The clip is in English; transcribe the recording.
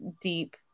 deep